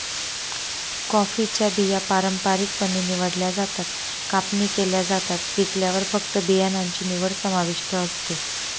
कॉफीच्या बिया पारंपारिकपणे निवडल्या जातात, कापणी केल्या जातात, पिकल्यावर फक्त बियाणांची निवड समाविष्ट असते